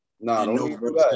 No